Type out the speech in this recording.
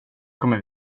kommer